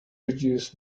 reduce